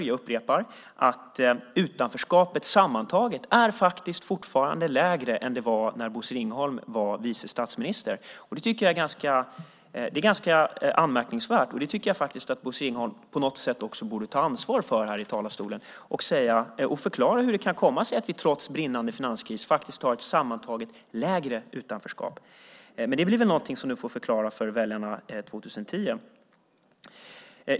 Jag upprepar att utanförskapet sammantaget fortfarande faktiskt är lägre än det var när Bosse Ringholm var vice statsminister. Det är anmärkningsvärt, och det borde Bosse Ringholm på något sätt ta ansvar för i talarstolen. Han borde förklara hur det kan komma sig att vi trots brinnande finanskris faktiskt har ett sammantaget lägre utanförskap. Det blir väl någonting som du får förklara för väljarna 2010.